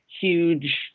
huge